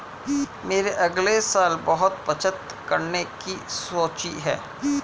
मैंने अगले साल बहुत बचत करने की सोची है